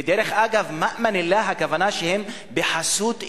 ודרך אגב, "מאמן אללה", הכוונה שהם בחסות אלוהים,